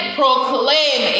proclaim